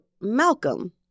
Malcolm